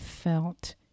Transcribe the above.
felt